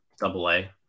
double-A